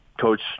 Coach